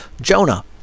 jonah